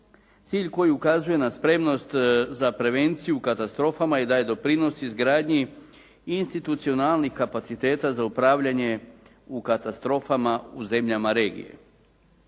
cilj koji ukazuje na spremnost za prevenciju katastrofama i daje doprinos izgradnji institucionalnih kapaciteta za upravljanje u katastrofama u zemljama regije.